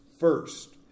First